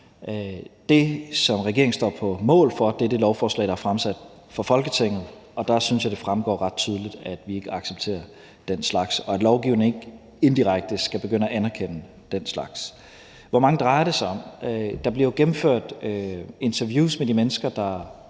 Det, som regeringen står på mål for, er det lovforslag, der er fremsat for Folketinget, og der synes jeg det fremgår ret tydeligt, at vi ikke accepterer den slags, og at lovgivningen ikke indirekte skal begynde at anerkende den slags. Hvor mange drejer det sig om? Der bliver jo gennemført interviews med de mennesker,